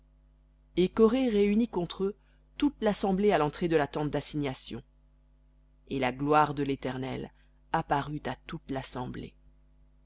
et coré réunit contre eux toute l'assemblée à l'entrée de la tente d'assignation et la gloire de l'éternel apparut à toute l'assemblée